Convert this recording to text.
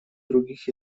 других